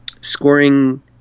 scoring